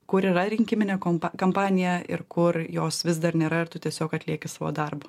kur yra rinkiminė komp kampanija ir kur jos vis dar nėra ir tu tiesiog atlieki savo darbą